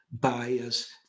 bias